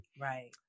right